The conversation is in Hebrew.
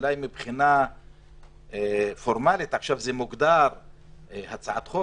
אולי מבחינה פורמלית זה מוגדר עכשיו כהצעת חוק